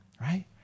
right